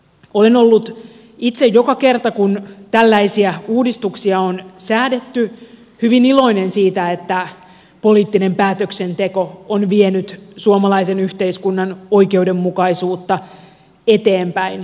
olen ollut itse joka kerta kun tällaisia uudistuksia on säädetty hyvin iloinen siitä että poliittinen päätöksenteko on vienyt suomalaisen yhteiskunnan oikeudenmukaisuutta eteenpäin